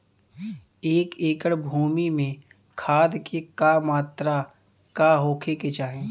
एक एकड़ भूमि में खाद के का मात्रा का होखे के चाही?